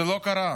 זה לא קרה.